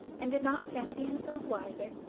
and did not fancy himself wiser,